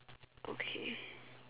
okay